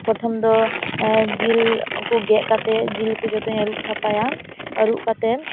ᱯᱚᱨᱛᱷᱚᱢ ᱫᱚ ᱡᱤᱞ ᱠᱚ ᱜᱮᱫ ᱠᱟᱛᱮᱜ ᱡᱤᱞ ᱠᱚ ᱡᱚᱛᱚᱧ ᱟᱹᱨᱩᱵ ᱥᱟᱯᱷᱟᱭᱟ ᱟᱹᱨᱩᱵ ᱠᱟᱛᱮᱜ